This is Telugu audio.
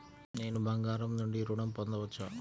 నేను బంగారం నుండి ఋణం పొందవచ్చా?